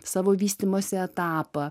savo vystymosi etapą